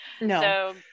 no